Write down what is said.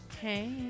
Hey